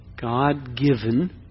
God-given